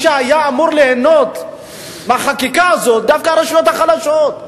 מי שהיה אמור ליהנות מהחקיקה הזאת זה דווקא הרשויות החלשות.